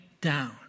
down